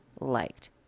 liked